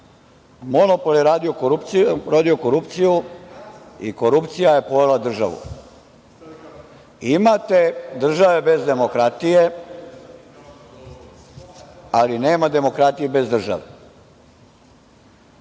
Monopol je radio korupciju i korupcija je pojela državu. Imate države bez demokratije, ali nema demokratije bez države.